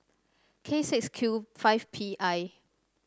K six Q five P I